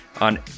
on